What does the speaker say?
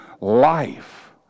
life